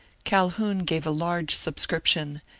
calhoun gave a large subscription,